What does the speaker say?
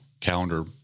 calendar